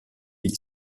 gli